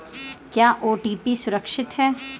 क्या ओ.टी.पी सुरक्षित है?